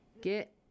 get